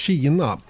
Kina